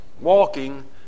walking